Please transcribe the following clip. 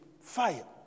fire